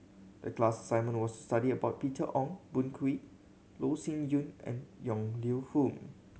the class assignment was to study about Peter Ong Boon Kwee Loh Sin Yun and Yong Lew Foong